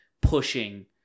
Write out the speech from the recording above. pushing